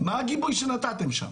מה הגיבוי שנתתם שם,